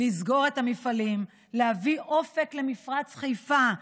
לסגור את המפעלים ולהביא אופק למפרץ חיפה,